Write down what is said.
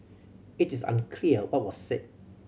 it is unclear what was said